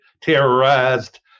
terrorized